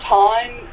time